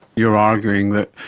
you're arguing that,